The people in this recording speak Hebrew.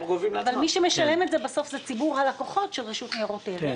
מי שמשלם את זה בסוף הוא ציבור הלקוחות של רשות ניירות ערך,